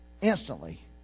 Instantly